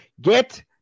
Get